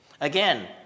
Again